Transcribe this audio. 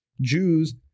Jews